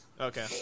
Okay